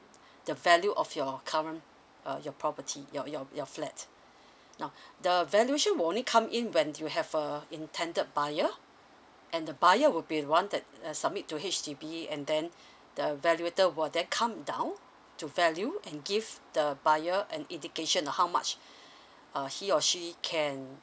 the value of your current uh your property your your your flat now the valuation will only come in when you have uh intended buyer and the buyer will be the one that uh submit to H_D_B and then the valuator will then come down to value and give the buyer an indication of how much uh he or she can